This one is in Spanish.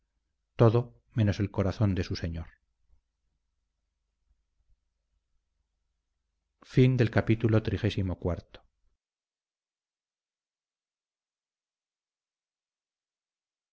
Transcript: todo menos el corazón de su señor